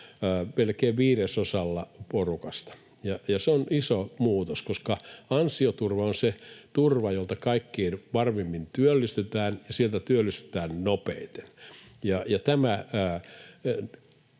melkein viidesosalla porukasta. Se on iso muutos, koska ansioturva on se turva, jolta kaikkein varmimmin työllistytään ja sieltä työllistytään nopeiten.